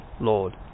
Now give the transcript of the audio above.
Lord